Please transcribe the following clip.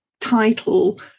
title